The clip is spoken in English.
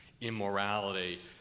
immorality